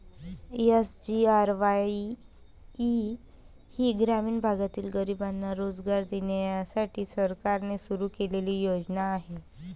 SGRY ही ग्रामीण भागातील गरिबांना रोजगार देण्यासाठी सरकारने सुरू केलेली योजना आहे